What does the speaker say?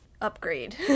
upgrade